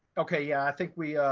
okay. yeah, i think we, ah,